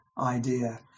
idea